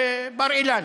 בבר-אילן,